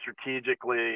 strategically